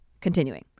Continuing